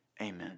amen